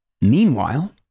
Meanwhile